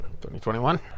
2021